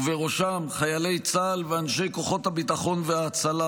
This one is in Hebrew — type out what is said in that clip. ובראשם חיילי צה"ל ואנשי כוחות הביטחון וההצלה